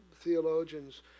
theologians